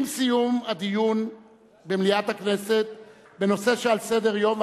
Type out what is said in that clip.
"עם סיום הדיון במליאת הכנסת בנושא שעל סדר-יום",